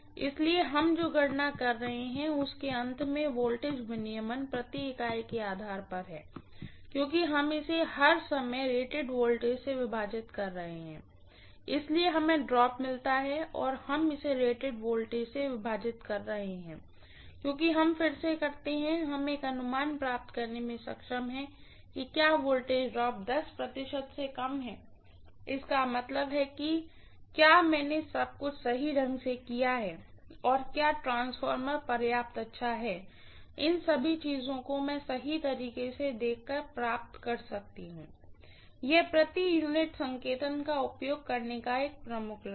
इसलिए हम जो गणना कर रहे हैं उसके अंत में वोल्टेज रेगुलेशन पर यूनिट के आधार पर है क्योंकि हम इसे हर समय रेटेड वोल्टेज से विभाजित कर रहे हैं इसलिए हमें ड्रॉप मिलता है और हम इसे रेटेड वोल्टेज से विभाजित कर रहे हैं क्योंकि हम फिर से करते हैं हम एक अनुमान प्राप्त करने में सक्षम हैं कि क्या वोल्टेज ड्रॉपप्रतिशत से कम है इसका मतलब है कि क्या मैंने सब कुछ सही ढंग से किया है या क्या ट्रांसफार्मर पर्याप्त अच्छा है इन सभी चीजों को मैं सही तरीके से देख कर प्राप्त कर सकती हूँ यह प्रति यूनिट संकेतन का उपयोग करने का एक प्रमुख लाभ है